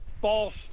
false